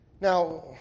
Now